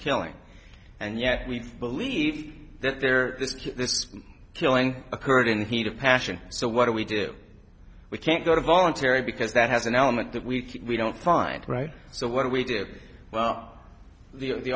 killing and yet we believe that there is this killing occurred in the heat of passion so what do we do we can't go to voluntary because that has an element that we don't find right so what we did well the